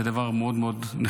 זה דבר נחמד מאוד מאוד,